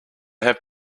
have